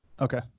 Okay